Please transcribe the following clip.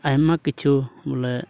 ᱟᱭᱢᱟ ᱠᱤᱪᱷᱩ ᱵᱚᱞᱮ